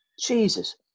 Jesus